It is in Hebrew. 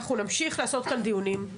אנחנו נמשיך לעשות כאן דיונים,